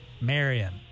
Marion